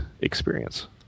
experience